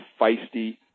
feisty